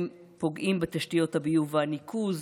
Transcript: הם פוגעים בתשתיות הביוב והניקוז,